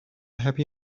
happy